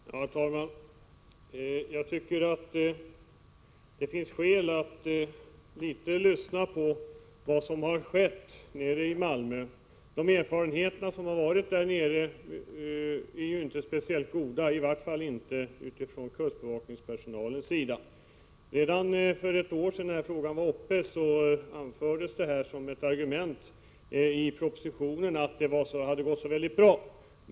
Herr talman! Jag tycker att det finns skäl att litet lyssna på vad som har skett i Malmö. Erfarenheterna därifrån är inte speciellt goda, i varje fall inte sett från kustbevakningspersonalens sida. Redan för ett år sedan, när frågan var uppe, anfördes det som ett argument att det hade gått så väldigt bra i Malmö.